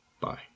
Bye